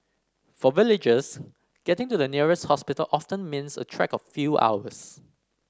for villagers getting to the nearest hospital often means a trek of a few hours